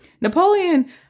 Napoleon